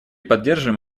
поддерживаем